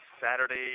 Saturday